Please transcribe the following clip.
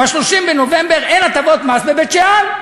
ב-30 בנובמבר אין הטבות מס בבית-שאן.